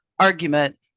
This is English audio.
argument